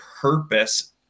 purpose